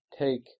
take